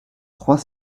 trois